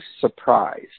surprised